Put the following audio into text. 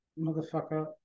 motherfucker